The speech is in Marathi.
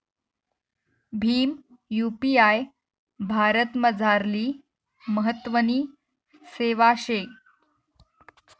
भीम यु.पी.आय भारतमझारली महत्वनी सेवा शे